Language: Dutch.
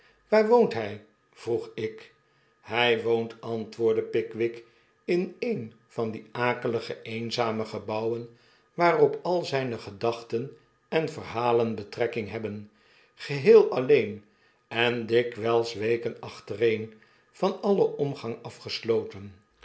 waar woont hy vroegik hy woont antwoordde pickwick in een van die akelige eenzame gebouwen waarop al zyne gedachten en verhalen betrekking hebben geheel alleen en dikwyls weken achtereen van alien omgang afgesloten